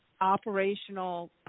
operational